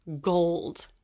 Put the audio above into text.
gold